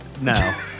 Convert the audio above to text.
No